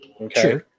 okay